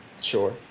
sure